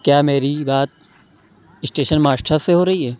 کیا میری بات اسٹیشن ماشٹر سے ہو رہی ہے